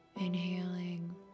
Inhaling